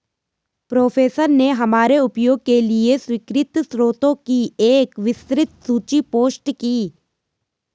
professor ने हमारे उपयोग के लिए स्वीकृत स्रोतों की एक विस्तृत सूची पोस्ट की